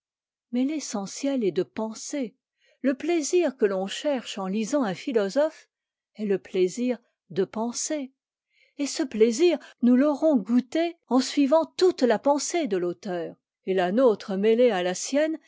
mais l'essentiel est de penser le plaisir que l'on cherche en lisant un philosophe est le plaisir de penser et ce plaisir nous l'aurons goûté en suivant toute la pensée de l'auteur et la nôtre mêlée à la sienne